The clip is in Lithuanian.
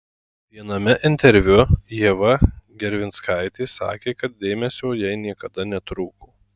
viename interviu ieva gervinskaitė sakė kad dėmesio jai niekada netrūko